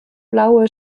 blaue